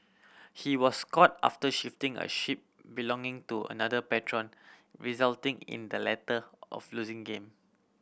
he was caught after shifting a chip belonging to another patron resulting in the latter of losing game